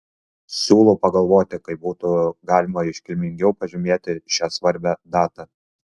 siūlau pagalvoti kaip būtų galima iškilmingiau pažymėti šią svarbią datą